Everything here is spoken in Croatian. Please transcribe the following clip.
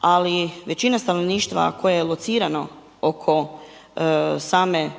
ali većina stanovništva koje je locirano oko same